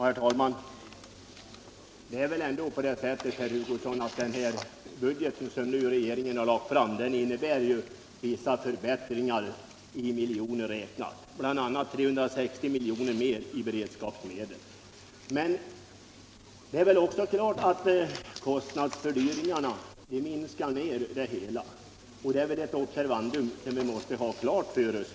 Herr talman! Den budget som regeringen nu har lagt fram innebär vissa förbättringar i miljoner kronor räknat, bl.a. 360 milj.kr. mer i beredskapsmedel. Men det är väl också klart att kostnadsökningarna minskar effekterna. Det är ett faktum som vi måste vara medvetna om.